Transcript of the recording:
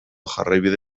jarraibide